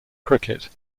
cricket